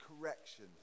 correction